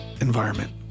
environment